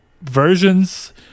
versions